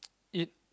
eat